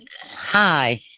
Hi